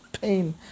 pain